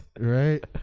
Right